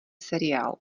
seriál